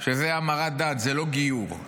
שזה המרת דת, זה לא גיור.